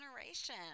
generation